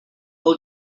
ill